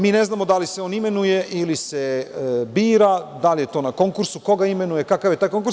Mi ne znamo da li se on imenuje ili se bira, da li je to na konkursu, ko ga imenuje, kakav je taj konkurs.